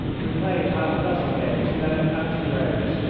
we played half-a-dozen games and then the captain rose.